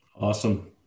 awesome